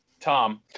Tom